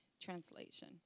translation